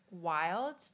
wild